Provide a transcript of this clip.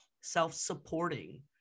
self-supporting